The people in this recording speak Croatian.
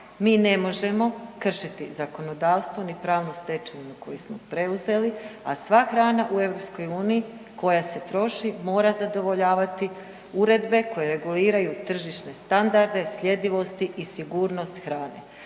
Mi ne možemo kršiti zakonodavstvo ni pravu stečevinu koju smo preuzeli, a sva hrana u EU koja se troši mora zadovoljavati uredbe koje reguliraju tržišne standarde, sljedivosti i sigurnost hrane.